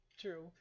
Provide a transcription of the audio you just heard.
true